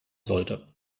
sollte